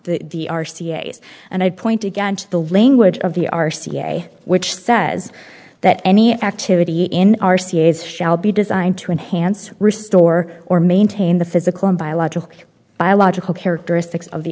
the r c a s and i'd point again to the language of the r c a which says that any activity in r c a s shall be designed to enhance restore or maintain the physical and biological biological characteristics of the